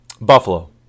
Buffalo